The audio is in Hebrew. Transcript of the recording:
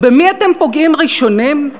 ובמי אתם פוגעים ראשונים?